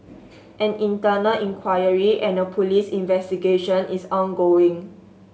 an internal inquiry and a police investigation is ongoing